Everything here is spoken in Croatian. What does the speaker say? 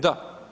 Da.